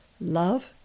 Love